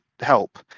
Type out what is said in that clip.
help